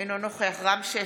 אינו נוכח רם שפע,